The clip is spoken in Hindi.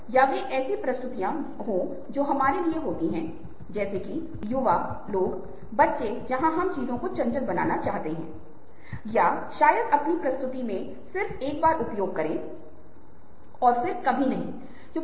इतिहास और प्रामाणिकता जो सलमान खान या सितारों का कहना है वह बहुत अधिक भार ले जाएगा जबकि कारखाने के कार्यकर्ता ने वह ही कहा कि शायद यह सुनने को नहीं मिलेगा या यह वायरल नहीं होगा